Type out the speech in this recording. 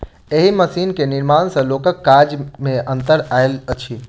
एहि मशीन के निर्माण सॅ लोकक काज मे अन्तर आयल अछि